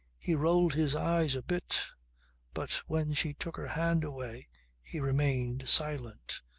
he rolled his eyes a bit but when she took her hand away he remained silent.